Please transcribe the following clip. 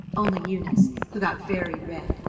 only eunice, who got very red,